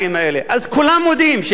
אז כולם מודים שיש פערים.